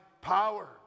power